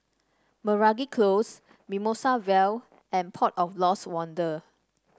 Meragi Close Mimosa Vale and Port of Lost Wonder